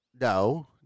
No